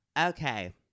Okay